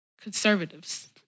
conservatives